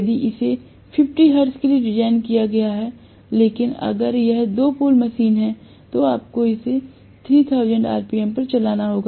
यदि इसे 50 हर्ट्ज के लिए डिज़ाइन किया गया है लेकिन अगर यह 2 पोल मशीन है तो आपको इसे 3000 आरपीएम पर चलाना होगा